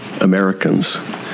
Americans